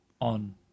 on